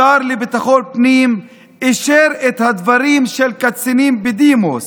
השר לביטחון הפנים אישר את הדברים של קצינים בדימוס,